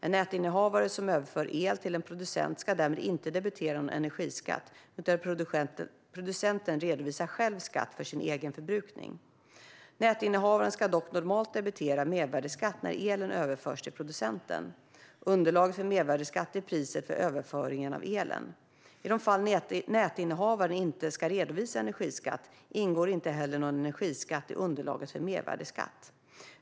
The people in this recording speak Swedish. En nätinnehavare som överför el till en producent ska därmed inte debitera någon energiskatt, utan producenten redovisar själv skatt för sin egen förbrukning. Nätinnehavaren ska dock normalt debitera mervärdesskatt när elen överförs till producenten. Underlaget för mervärdesskatt är priset för överföringen av elen. I de fall nätinnehavaren inte ska redovisa energiskatt, ingår inte heller någon energiskatt i underlaget för mervärdesskatt.